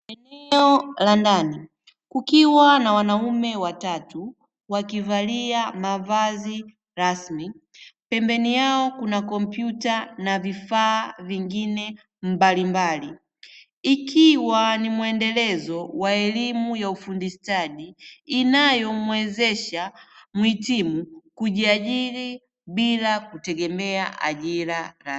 Eneo la ndani kukiwa na wanaume watatu wakivalia mavazi rasmi, pembeni yao kuna kompyuta na vifaa vingine mbalimbali, ikiwa ni mwendelezo wa elimu ya ufundi stadi; inayomwezesha mhitimu kujiajiri bila kutegemea ajira rasmi.